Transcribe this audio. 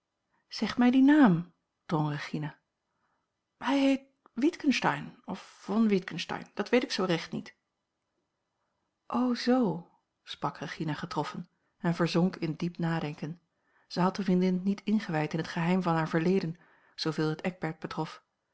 zeg mij dien naam drong regina hij heet witgensteyn of von witgensteyn dat weet ik zoo recht niet o zoo sprak regina getroffen en verzonk in diep nadenken zij had de vriendin niet ingewijd in het geheim van haar verleden zooveel het eckbert betrof